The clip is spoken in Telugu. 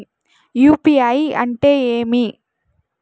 యు.పి.ఐ అంటే ఏమి?